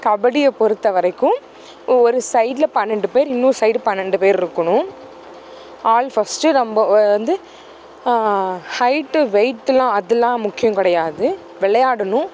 கபடியை பொறுத்த வரைக்கும் ஒரு சைடில் பன்னெண்டு பேர் இன்னொரு சைடு பன்னெண்டு பேர் இருக்கணும் ஆல் ஃபஸ்ட்டு நம்ம வந்து ஹைட்டு வெயிட்டுலாம் அதலாம் முக்கியம் கிடையாது விளையாடணும்